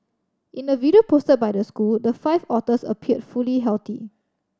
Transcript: in a video posted by the school the five otters appeared fully healthy